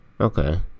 okay